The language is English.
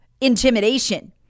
Intimidation